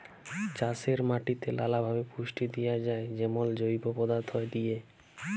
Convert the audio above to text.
চাষের মাটিতে লালাভাবে পুষ্টি দিঁয়া যায় যেমল জৈব পদাথ্থ দিঁয়ে